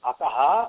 Ataha